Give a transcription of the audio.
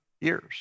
years